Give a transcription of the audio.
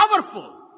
powerful